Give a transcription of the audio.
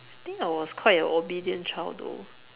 I think I was quite a obedient child though